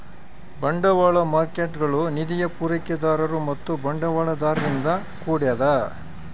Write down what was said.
ಬಂಡವಾಳ ಮಾರ್ಕೇಟ್ಗುಳು ನಿಧಿಯ ಪೂರೈಕೆದಾರರು ಮತ್ತು ಬಳಕೆದಾರರಿಂದ ಕೂಡ್ಯದ